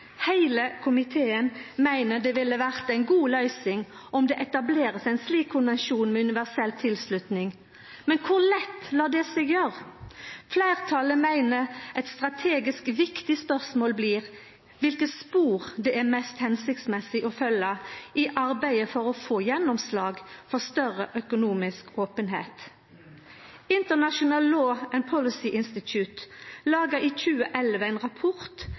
Heile komiteen meiner det ville vore ei god løysing om det blei etablert ein slik konvensjon med universell tilslutnad. Men kor lett lar det seg gjera? Fleirtalet meiner eit strategisk viktig spørsmål blir kva spor det er mest hensiktsmessig å følgja i arbeidet for å få gjennomslag for større økonomisk openheit. International Law and Policy Institute laga i 2011 ein rapport